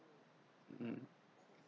mm